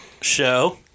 show